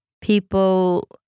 people